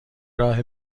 راه